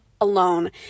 alone